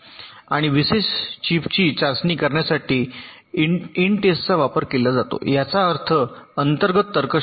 आणि विशेष चिपची चाचणी करण्यासाठी इनटेस्टचा वापर केला जातो याचा अर्थ अंतर्गत तर्कशास्त्र